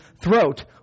throat